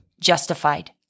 justified